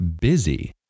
busy